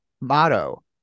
Motto